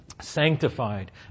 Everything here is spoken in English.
sanctified